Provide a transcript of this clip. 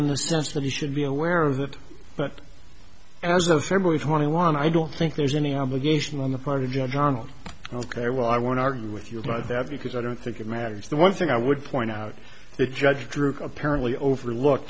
in the sense that you should be aware of that but as of february twenty one i don't think there's any obligation on the part of judge donald ok well i want to argue with you about that because i don't think it matters the one thing i would point out the judge drew apparently overlook